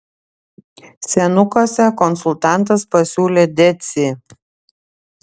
senukuose konsultantas pasiūlė decį